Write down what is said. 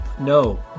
no